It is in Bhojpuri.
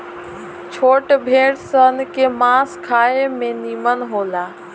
छोट भेड़ सन के मांस खाए में निमन होला